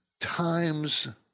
times